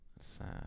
sad